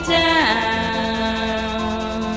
down